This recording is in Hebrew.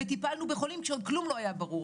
וטיפלנו בחולים כשעוד כלום לא היה ברור.